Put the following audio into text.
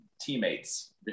teammates